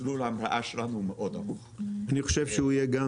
מסלול ההמראה שלנו הוא מאוד ארוך.